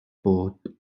bob